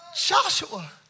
Joshua